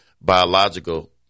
biological